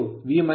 ra 0